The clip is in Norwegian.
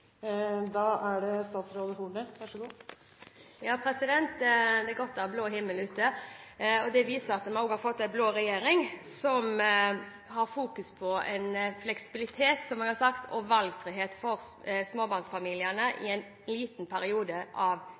Det er godt det er blå himmel ute! Det viser også at vi har fått en blå regjering, som fokuserer på fleksibilitet – som jeg har sagt – og valgfrihet for småbarnsfamiliene i en liten periode av